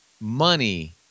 Money